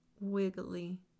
wiggly